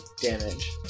damage